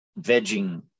vegging